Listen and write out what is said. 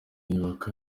yibuka